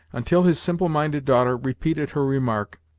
until his simple-minded daughter repeated her remark,